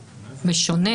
-- מקסימום.